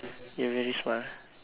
you are very smart ah